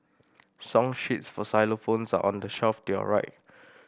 song sheets for xylophones on the shelf to your right